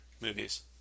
movies